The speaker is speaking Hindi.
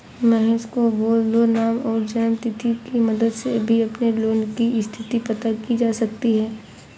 महेश को बोल दो नाम और जन्म तिथि की मदद से भी अपने लोन की स्थति पता की जा सकती है